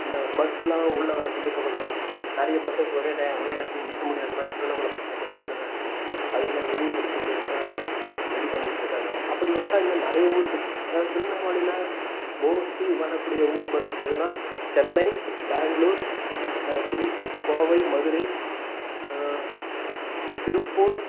அந்த பஸ்ஸெல்லாம் உள்ள வர்றத்துக்கே இப்போ கொஞ்சம் நிறைய பஸ்ஸஸ் ஒரே டையம் ஒரே இடத்துல நிறுத்த முடியாதமாதிரி திருவண்ணமல பஸ் ஸ்டாப் கொஞ்சம் சின்னதாக இருக்குது அதை இன்னும் விரிவுப்படுத்தி பெருசாக ரெடி பண்ணிக்கிட்ருக்காங்க அப்படி வந்தால் இன்னும் நிறைய ஊருக்கு அதாவது திருவண்ணாமலையில் மோஸ்ட்லீ வரக்கூடிய ஊர் பஸ்ஸஸ் எதுன்னால் சென்னை பேங்ளூர் திருச்சி கோவை மதுரை திருப்பூர்